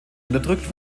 unterdrückt